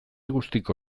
guztiko